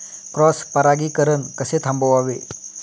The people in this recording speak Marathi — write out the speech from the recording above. क्रॉस परागीकरण कसे थांबवावे?